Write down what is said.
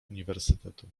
uniwersytetu